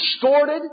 distorted